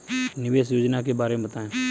निवेश योजना के बारे में बताएँ?